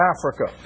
Africa